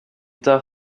tard